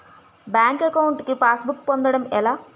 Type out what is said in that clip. Bank account కి passbook పొందడం ఎలా?